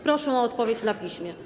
Proszę o odpowiedź na piśmie.